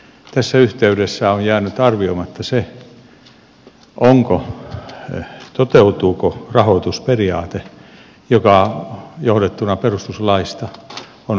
tässä yhteydessä on jäänyt arvioimatta se toteutuuko rahoitusperiaate joka johdettuna perustuslaista on hyvin selkeä